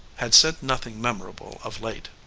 had said nothing memorable of late.